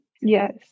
Yes